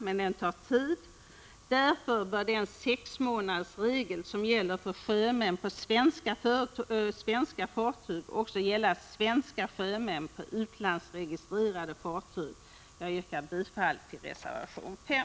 Men den tar tid. Därför bör den sexmånadsregel som gäller för sjömän på svenska fartyg också gälla svenska sjömän på utlandsregistrerade fartyg. Jag yrkar bifall till reservation 5.